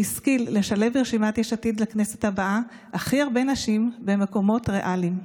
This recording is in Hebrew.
שהשכיל לשלב ברשימת יש עתיד לכנסת הבאה הכי הרבה נשים במקומות ריאליים.